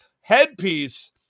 headpiece